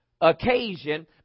occasion